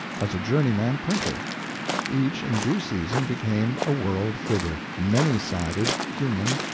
as a journeyman printer each in due season became a world figure, many-sided, human,